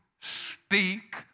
speak